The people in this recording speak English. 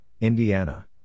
Indiana